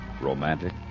romantic